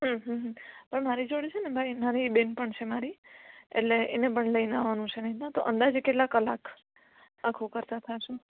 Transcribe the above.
હમ હમ પણ મારી જોડે છેને ભાઈ મારી બેન પણ છે મારી એટલે એને પણ લઈને આવાનું છે તો અંદાજે કેટલા કલાક આખું કરતાં થશે